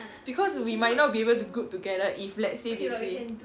because we might not be able to group together if let's say if we